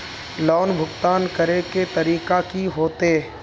Loan भुगतान करे के तरीका की होते?